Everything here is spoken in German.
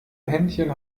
händchen